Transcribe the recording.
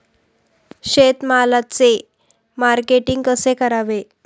शेतमालाचे मार्केटिंग कसे करावे?